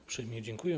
Uprzejmie dziękuję.